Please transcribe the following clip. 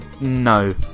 No